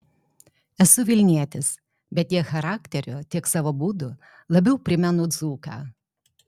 esu vilnietis bet tiek charakteriu tiek savo būdu labiau primenu dzūką